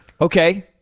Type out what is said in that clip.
Okay